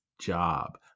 job